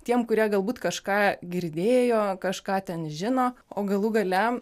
tiem kurie galbūt kažką girdėjo kažką ten žino o galų gale